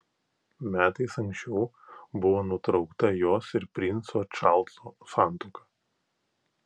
metais anksčiau buvo nutraukta jos ir princo čarlzo santuoka